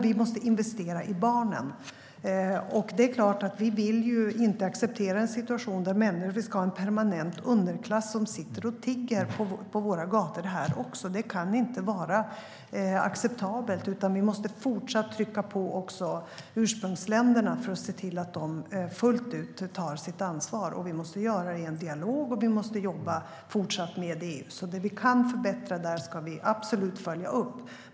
Vi måste investera i barnen. Det är klart att vi inte vill acceptera en situation med en permanent underklass som sitter och tigger på våra gator här också. Det kan inte vara acceptabelt. Vi måste fortsätta att trycka på ursprungsländerna för att se till att de fullt ut tar sitt ansvar. Vi måste göra det i dialog, och vi måste fortsätta att jobba inom EU. Det vi kan förbättra där ska vi absolut följa upp.